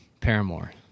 Paramore